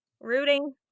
rooting